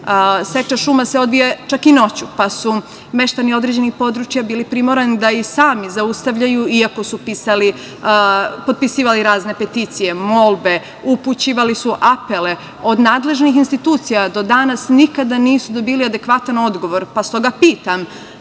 Seča šuma se odvija čak i noću, pa su meštani određenih područja bili primorani da i sami zaustavljaju, iako su potpisivali razne peticije, molbe, upućivali se apele. Od nadležnih institucija do danas nikada nisu dobili adekvatan odgovor, pa stoga pitam